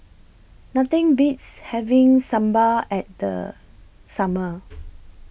Nothing Beats having Sambar At The Summer